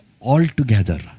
altogether